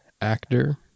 actor